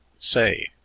Say